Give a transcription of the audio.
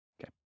Okay